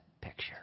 Picture